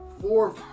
Four